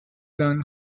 don